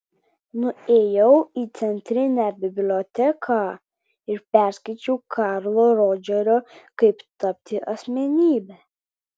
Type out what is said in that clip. nuėjau į centrinę biblioteką ir perskaičiau karlo rodžerio kaip tapti asmenybe